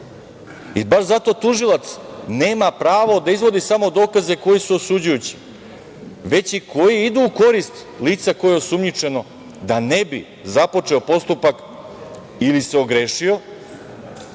i baš zato tužilac nema pravo da izvodi samo dokaze koji su osuđujući, već i koji idu u korist lica koje je osumnjičeno da ne bi započeo postupak ili se ogrešio